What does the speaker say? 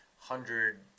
Hundred